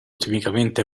tipicamente